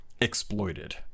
exploited